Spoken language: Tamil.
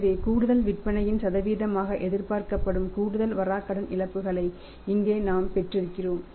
எனவே கூடுதல் விற்பனையின் சதவீதமாக எதிர்பார்க்கப்படும் கூடுதல் வராக்கடன் இழப்புகளை இங்கே நாம் பெறப்போகிறோம்